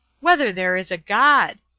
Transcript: whether there is a god!